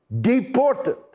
deported